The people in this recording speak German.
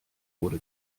wurde